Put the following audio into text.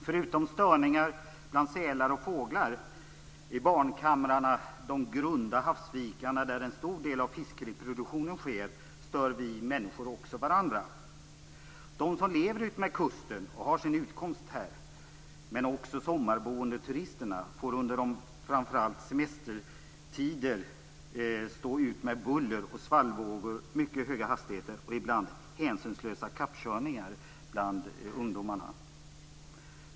Förutom störningar bland sälar och fåglar, i barnkamrarna, de grunda havsvikarna där en stor del av fiskreproduktionen sker, stör vi människor också varandra. De som lever utmed kusten och har sin utkomst här men också de sommarboende turisterna får under framför allt semestertider stå ut med buller och svallvågor, mycket höga hastigheter och ibland hänsynslösa kappkörningar bland ungdomarna.